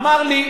ואמר לי: